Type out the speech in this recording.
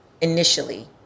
initially